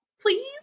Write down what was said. please